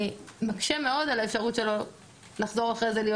מקשה מאוד על האפשרות שלו לחזור אחרי זה.